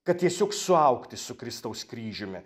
kad tiesiog suaugti su kristaus kryžiumi